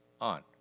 on